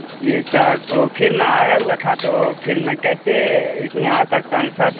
جی sir تو پھر میں آیا ہوا تھا تو پھر میں کیسے اس میں آ سکتا ہوں سر